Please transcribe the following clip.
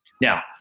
Now